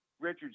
Richard